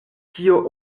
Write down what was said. kio